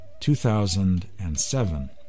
2007